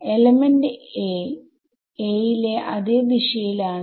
element a യിലെ അതെ ദിശയിൽ ആണ്